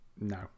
no